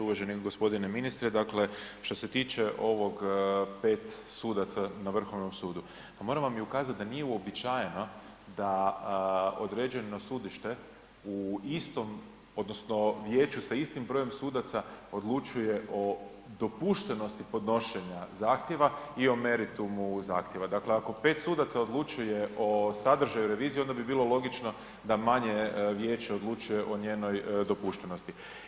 Uvaženi g. ministre, dakle što se tiče ovog 5 sudaca na Vrhovnom sudu, pa moram vam i ukazati da nije uobičajeno da određeno sudište u istom odnosno vijeću sa istim brojem sudaca odlučuje o dopuštenosti podnošenja zahtjeva i o meritumu zahtjeva dakle ako 5 sudaca odlučuje o sadržaju revizije onda bi bilo logično da manje vijeće odlučuje o njenoj dopuštenosti.